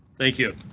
thank you.